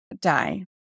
die